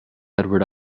edward